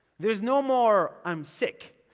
there's no more i'm sick.